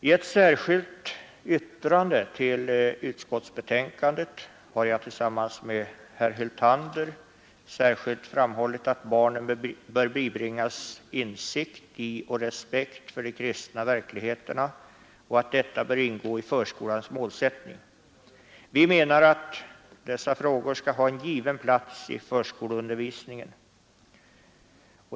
I ett särskilt yttrande till utskottsbetänkandet har jag tillsammans med herr Hyltander särskilt framhållit att barnen bör bibringas insikt i och respekt för de kristna verkligheterna och att detta bör ingå i förskolans målsättning. Vi menar att dessa frågor skall ha en given plats i förskoleundervisningen.